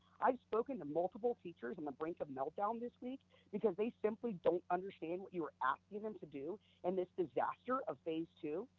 i've spoken to multiple teachers in the brink of meltdown this week because they simply don't understand what you are asking them to do in this disaster of phase two,